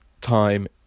time